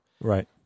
Right